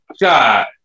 God